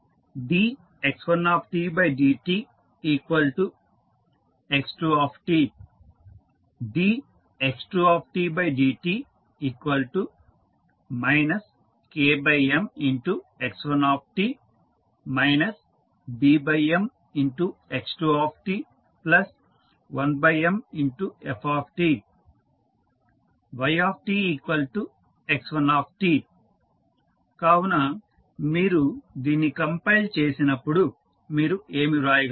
dx1dtx2 dx2dt KMx1t BMx2t1Mft ytx1t కావున మీరు దీన్ని కంపైల్ చేసినప్పుడు మీరు ఏమి వ్రాయగలరు